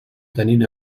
tenint